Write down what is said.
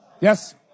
Yes